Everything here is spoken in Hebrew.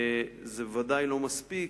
זה ודאי לא מספיק,